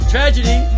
Tragedy